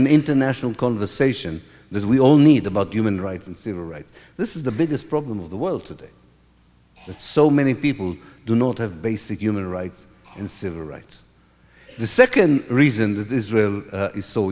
an international conversation that we all need about human rights and civil rights this is the biggest problem of the world today that so many people do not have basic human rights and civil rights the second reason that israel is so